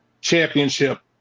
championship